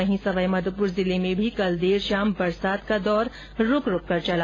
वहीं सवाई माधोपुर जिले में भी कल देर शाम बरसात का दौर रुक रुक कर चला